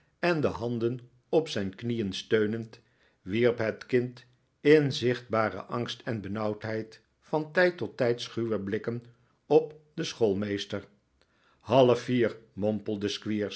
en de handen op zijn knieen steunend wierp het kind in zichtbaren angst en benauwdheid van tijd tot tijd schuwe blikken op den schoolmeester half vier